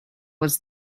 was